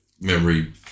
memory